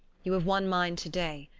you have won mine to-day.